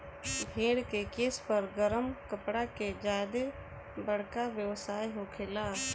भेड़ के केश पर गरम कपड़ा के ज्यादे बरका व्यवसाय होखेला